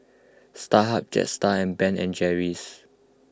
Starhub Jetstar and Ben and Jerry's